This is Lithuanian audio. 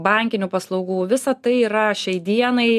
bankinių paslaugų visa tai yra šiai dienai